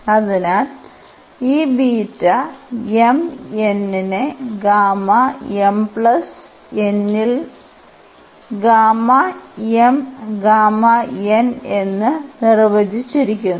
അതിനാൽ ഈ beta m n നെ ഗാമ mn നിൽ ഗാമ m ഗാമ n എന്ന് നിർവചിച്ചിരിക്കുന്നു